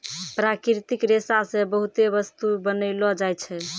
प्राकृतिक रेशा से बहुते बस्तु बनैलो जाय छै